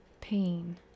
pain